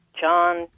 John